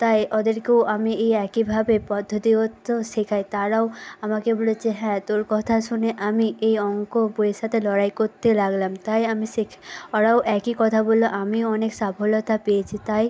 তাই ওদেরকেও আমি এই একইভাবে পদ্ধতিগত শেখাই তারাও আমাকে বলেছে হ্যাঁ তোর কথা শুনে আমি এই অঙ্ক বইয়ের সাথে লড়াই করতে লাগলাম তাই আমি শিখ ওরাও একই কথা বললো আমিও অনেক সফলতা পেয়েছি তাই